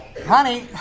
Honey